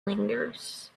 lingers